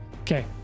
okay